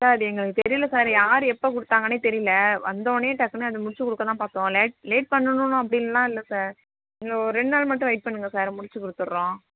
sir எங்களுக்கு தெரியல sir யார் எப்போ கொடுத்தாங்கன்னே தெரியல வந்தவொன்னே டக்குன்னு அதை முடிச்சு கொடுக்க தான் பார்த்தோம் லேட் லேட் பண்ணுணுன்னு அப்படின்லா இல்லை சார் இன்னும் ஒரு ரெண்டு நாள் மட்டும் வெயிட் பண்ணுங்கள் சார் முடிச்சு கொடுத்துறோம்